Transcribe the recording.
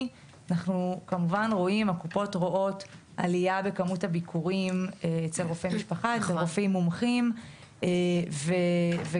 אנחנו נשמח לארגן עם פורום המחלימים כינוס